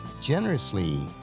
generously